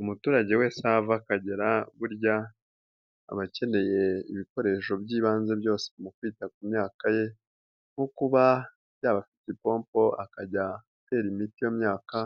Umuturage wese aho ava akagera burya aba akeneye ibikoresho by'ibanze byose mu kwita ku myaka ye nko kuba yaba afite ipompo akajya atera imiti iyo myaka,